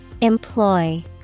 Employ